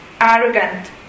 arrogant